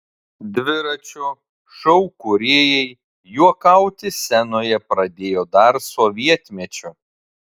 dviračio šou kūrėjai juokauti scenoje pradėjo dar sovietmečiu